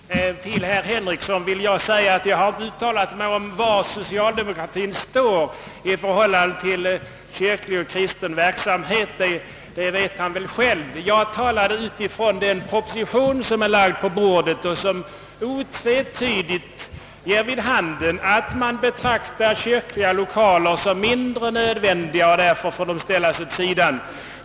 Herr talman! Till herr Henrikson vill jag säga att jag inte har uttalat mig om socialdemokratiens ståndpunkt när det gäller kyrklig och kristen verksamhet — det vet han själv. Jag talade med utgångspunkt från den proposition som är framlagd och som otvetydigt ger vid handen att kyrkliga lokaler betraktas som mindre nödvändiga och därför får ställas åt sidan.